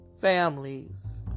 families